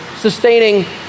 sustaining